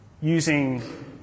using